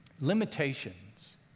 limitations